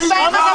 על זה אני נלחם.